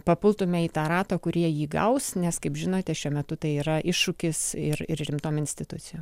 papultume į tą ratą kurie jį gaus nes kaip žinote šiuo metu tai yra iššūkis ir rimtom institucijom